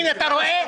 הינה, אתה רואה?